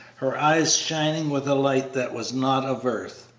her eyes shining with a light that was not of earth.